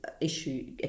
issue